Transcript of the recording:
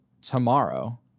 tomorrow